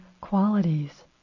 qualities